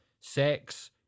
sex